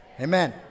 Amen